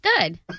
Good